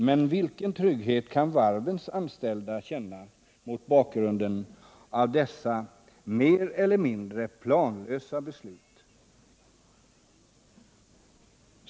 Men vilken trygghet kan varvens anställda känna mot bakgrund av dessa mer eller mindre planlösa beslut?